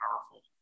powerful